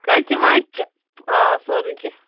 کَچہٕ وَچہٕ آ سورُے کیٚنٛہہ